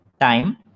time